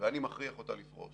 ואני מכריח אותה לפרוש